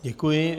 Děkuji.